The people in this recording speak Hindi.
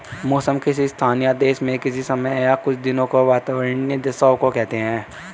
मौसम किसी स्थान या देश में किसी समय या कुछ दिनों की वातावार्नीय दशाओं को कहते हैं